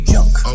Junk